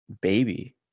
baby